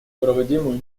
проводимую